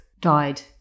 died